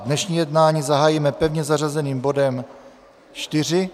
Dnešní jednání zahájíme pevně zařazeným bodem 4.